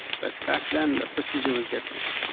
but back then, the procedure was different.